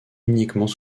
uniquement